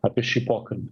apie šį pokalbį